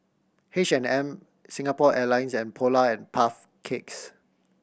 H and M Singapore Airlines and Polar and Puff Cakes